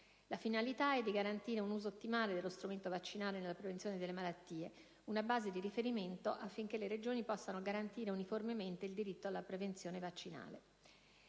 La finalità è quella di garantire un uso ottimale dello strumento vaccinale nella prevenzione delle malattie, una base di riferimento affinché le Regioni possano garantire uniformemente il diritto alla prevenzione vaccinale.